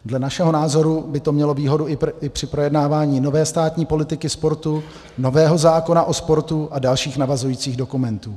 Dle našeho názoru by to mělo výhodu i při projednávání nové státní politiky sportu, nového zákona o sportu a dalších navazujících dokumentů.